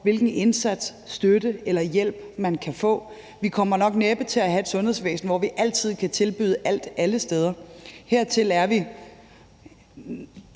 hvilken indsats, støtte eller hjælp man kan få. Vi kommer nok næppe til at have et sundhedsvæsen, hvor vi altid kan tilbyde alt alle steder. Vi er